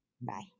Bye